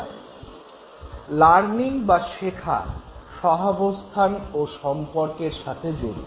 slide সময়ঃ 0537 learning বা শেখা সহাবস্থান ও সম্পর্কের সাথে জড়িত